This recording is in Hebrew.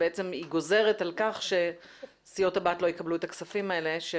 שבעצם היא גוזרת על כך שסיעות הבת לא יקבלו את הכספים האלה.